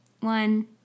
one